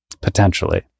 potentially